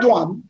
one